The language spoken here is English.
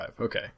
okay